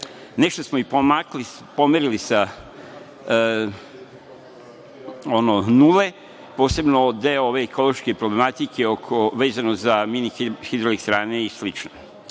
Nešto smo i pomerili sa nule, posebno deo ekološke problematike vezano za mini hidroelektrane i